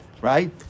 right